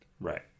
Right